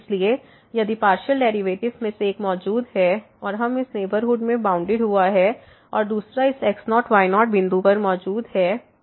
इसलिए यदि partial derivatives में से एक मौजूद है और इस नेबरहुड में बाउंडेड हुआ है और दूसरा इस x0 y0 बिंदु पर मौजूद है